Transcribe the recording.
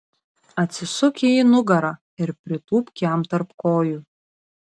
atsisuk į jį nugara ir pritūpk jam tarp kojų